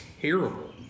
terrible